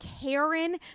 Karen